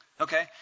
okay